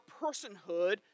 personhood